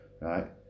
Right